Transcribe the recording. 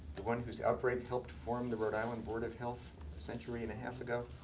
the one who's outbreak helped form the rhode island board of health a century and a half ago.